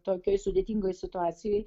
tokioj sudėtingoj situacijoj